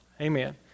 Amen